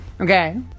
Okay